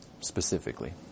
specifically